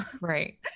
Right